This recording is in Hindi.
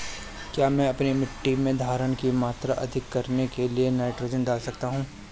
क्या मैं अपनी मिट्टी में धारण की मात्रा अधिक करने के लिए नाइट्रोजन डाल सकता हूँ?